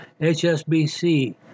HSBC